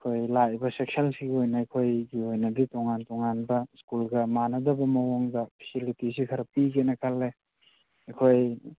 ꯑꯩꯈꯣꯏ ꯂꯥꯛꯏꯕ ꯁꯦꯁꯟꯁꯤꯒꯤ ꯑꯣꯏꯅ ꯑꯩꯈꯣꯏꯒꯤ ꯑꯣꯏꯅꯗꯤ ꯇꯣꯉꯥꯟ ꯇꯣꯉꯥꯟꯕ ꯁ꯭ꯀꯨꯜꯒ ꯃꯥꯟꯅꯗꯕ ꯃꯑꯣꯡꯗ ꯐꯦꯁꯤꯂꯤꯇꯤꯁꯤ ꯈꯔ ꯄꯤꯒꯦꯅ ꯈꯜꯂꯦ ꯑꯩꯈꯣꯏ